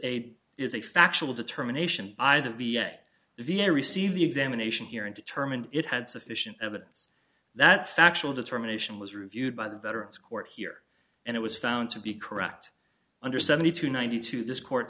a is a factual determination either viet the air receive the examination here and determined it had sufficient evidence that factual determination was reviewed by the veterans court here and it was found to be correct under seventy two ninety two this court